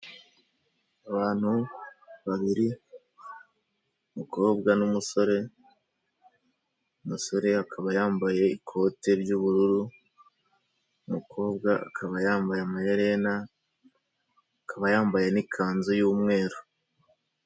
Abantu babiri, umukobwa n'umusore, umusore akaba yambaye ikote ry'ubururu, umu umukobwa akaba yambaye amayerena akaba yambaye n'ikanzu y'umweru.